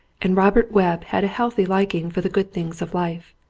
and robert webb had a healthy liking for the good things of life.